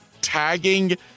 tagging